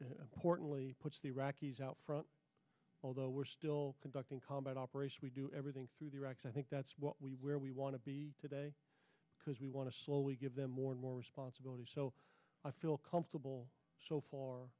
importantly puts the iraqis out front although we're still conducting combat operations we do everything through the rocks i think that's what we where we want to be today because we want to slowly give them more and more responsibility so i feel comfortable so